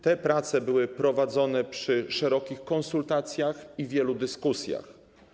Te prace były prowadzone przy szerokich konsultacjach i wielu dyskusjach.